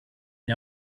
gli